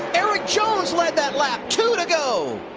erik jones led that lap. two to go.